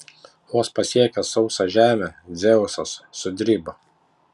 vos pasiekęs sausą žemę dzeusas sudribo